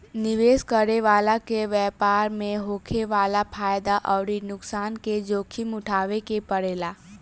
निवेश करे वाला के व्यापार में होखे वाला फायदा अउरी नुकसान के जोखिम उठावे के पड़ेला